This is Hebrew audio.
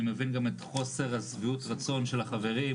אני מבין גם את חוסר שביעות הרצון של החברים,